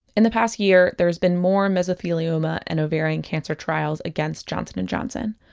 in the past year, there's been more mesothelioma and ovarian cancer trials against johnson and johnson.